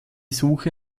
suche